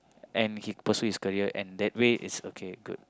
and he pursue his career and that way it's okay good